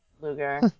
Luger